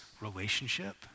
relationship